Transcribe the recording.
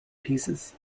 pieces